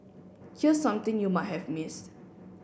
here's something you might have missed